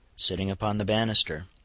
sitting upon the banister,